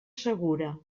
segura